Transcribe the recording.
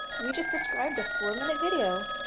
we just described a four-minute video.